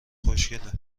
خوشگله